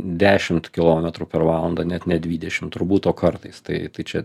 dešimt kilometrų per valandą net ne dvidešimt turbūt o kartais tai tai čia